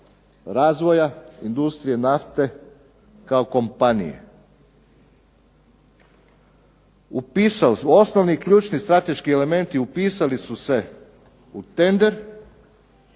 razvoja industrije nafte kao kompanije. Upisano je osnovni ključni strateški elementi upisali su se u tender